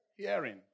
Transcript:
Hearing